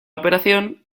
operación